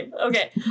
Okay